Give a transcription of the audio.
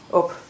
op